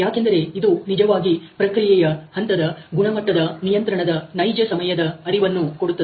ಯಾಕೆಂದರೆ ಇದು ನಿಜವಾಗಿ ಪ್ರಕ್ರಿಯೆಯ ಹಂತದ ಗುಣಮಟ್ಟದ ನಿಯಂತ್ರಣದ ನೈಜ ಸಮಯದ ಅರಿವನ್ನು ಕೊಡುತ್ತದೆ